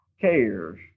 cares